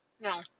No